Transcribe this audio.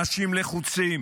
אנשים לחוצים,